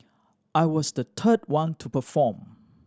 I was the third one to perform